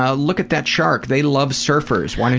ah look at that shark. they love surfers-why don't you.